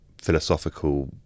philosophical